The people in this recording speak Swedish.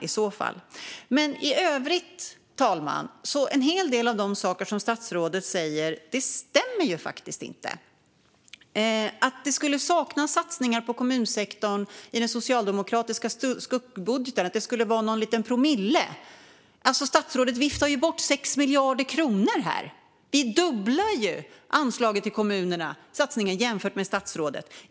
I övrigt, fru talman, stämmer helt enkelt inte en hel del av de saker som statsrådet säger, såsom att det saknas satsningar på kommunsektorn i den socialdemokratiska skuggbudgeten och att det handlar om någon liten promille. Statsrådet viftar bort 6 miljarder kronor här. Vi dubblar anslaget och satsningen på kommunerna jämfört med statsrådet.